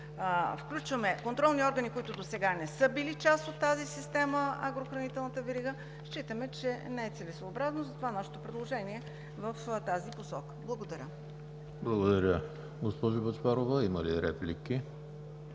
включваме контролни органи, които досега не са били част от тази система – агрохранителната верига, считаме, че не е целесъобразно, затова нашето предложение е в тази посока. Благодаря. ПРЕДСЕДАТЕЛ ЕМИЛ ХРИСТОВ: Благодаря, госпожо Бъчварова. Има ли реплики?